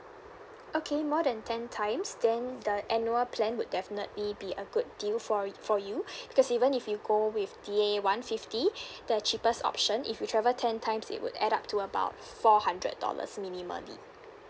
okay more than ten times then the annual plan would definitely be a good deal for for you because even if you go with D A one fifty the cheapest option if you travel ten times it would add up to about four hundred dollars minimally